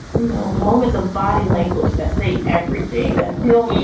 you know, moments of body language that say everything. they feel,